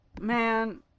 man